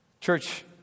Church